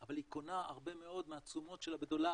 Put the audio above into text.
אבל היא קונה הרבה מאוד מהתשומות שלה בדולרים,